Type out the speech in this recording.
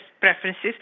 preferences